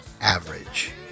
average